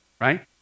Right